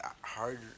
hard